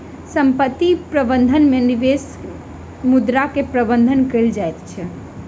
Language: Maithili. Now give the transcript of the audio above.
संपत्ति प्रबंधन में निवेश मुद्रा के प्रबंधन कएल जाइत अछि